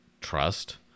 trust